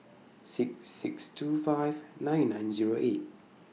six six two five nine nine Zero eight